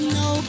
no